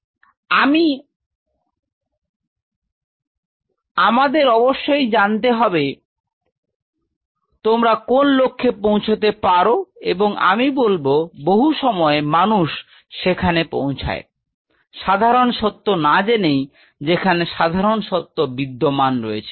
তো আমাদের অবশ্যই জানতে হবে তোমরা কোন লক্ষ্যে পৌঁছতে পার এবং আমি বলব বহু সময় মানুষ সেখানে পৌঁছয় Refer Time 0828সাধারণ সত্য না জেনেই যেখানে সাধারণ সত্য বিদ্যমান রয়েছে